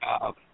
job